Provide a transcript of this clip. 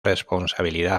responsabilidad